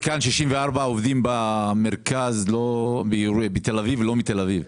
שמעתי כאן ש-64 אחוזים עובדים בתל אביב ולא מתגוררים בתל אביב.